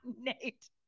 Nate